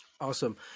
Awesome